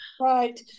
right